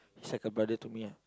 he's like a brother to me ah